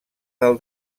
del